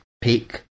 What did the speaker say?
peak